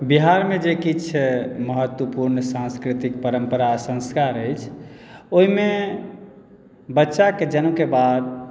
बिहारमे जे किछु महत्वपूर्ण सांस्कृतिक परम्परा आ संस्कार अछि ओहिमे बच्चाके जन्मके बाद